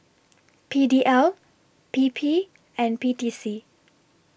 P D L P P and P T C